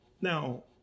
now